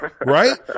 Right